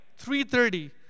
3.30